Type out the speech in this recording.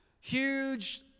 Huge